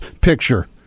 picture